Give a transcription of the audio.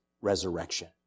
resurrection